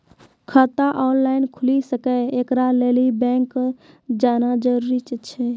खाता ऑनलाइन खूलि सकै यै? एकरा लेल बैंक जेनाय जरूरी एछि?